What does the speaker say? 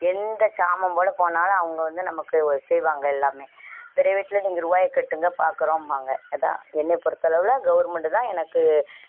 எந்த சாமம் போல் போனாலும் அவங்க வந்து நமக்கு செய்வாங்க எல்லாமே பிரைவேட்டில் நீங்கள் ரூபாய கட்டுங்கள் பார்க்குறோம்பாங்க அதுதான் என்னையை பொறுத்த அளவில் கவர்மெண்டு தான் எனக்கு